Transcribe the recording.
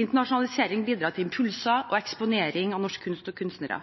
Internasjonalisering bidrar til impulser og eksponering av norsk kunst og norske kunstnere.